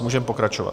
Můžeme pokračovat.